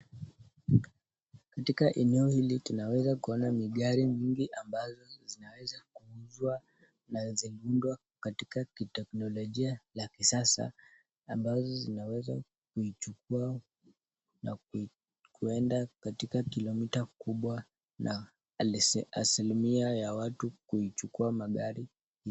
Katika eneo hili tunaweza kuona migari mingi ambazo zinaweza kuuzwa na zimeundwa katika kiteknolojia la kisasa ambazo zinaweza kuichukua na kui kuenda katika kilomita kubwa na aslimia ya watu kuichukua magari hii.